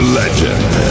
legend